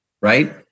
right